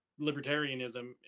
libertarianism